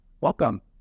Welcome